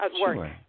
work